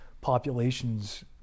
populations